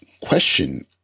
question